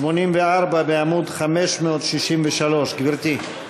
סעיף 84 בעמוד 563. גברתי.